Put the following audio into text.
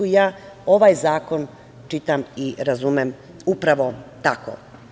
Ja ovaj zakon čitam i razumem upravo tako.